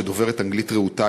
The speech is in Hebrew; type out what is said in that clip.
שדוברת אנגלית רהוטה,